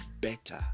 better